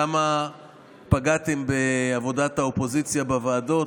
כמה פגעתם בעבודת האופוזיציה בוועדות,